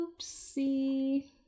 Oopsie